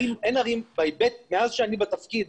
מאז אני בתפקיד,